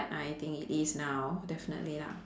I think it is now definitely lah